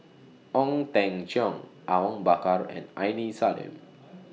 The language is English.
Ong Teng Cheong Awang Bakar and Aini Salim